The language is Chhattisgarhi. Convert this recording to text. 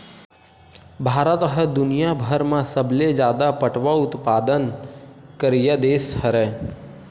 भारत ह दुनियाभर म सबले जादा पटवा उत्पादन करइया देस हरय